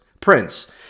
prince